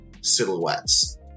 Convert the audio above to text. silhouettes